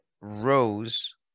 rows